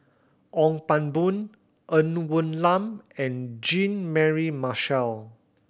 Ong Pang Boon Ng Woon Lam and Jean Mary Marshall